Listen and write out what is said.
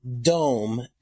dome